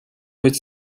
być